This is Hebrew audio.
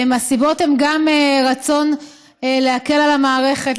הסיבות הן גם רצון להקל על המערכת,